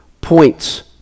points